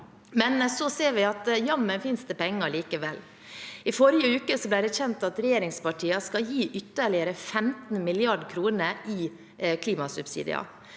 Så ser vi at det jammen finnes penger likevel. I forrige uke ble det kjent at regjeringspartiene skal gi ytterligere 15 mrd. kr i klimasubsidier,